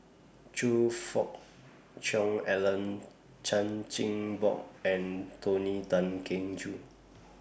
Choe Fook Cheong Alan Chan Chin Bock and Tony Tan Keng Joo